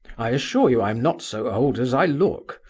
i assure you i am not so old as i look,